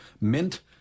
Mint